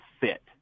fit